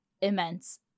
immense